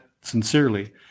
sincerely